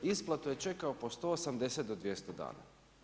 Isplatu je čekao po 180-200 dana.